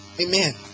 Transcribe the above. Amen